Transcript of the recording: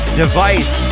device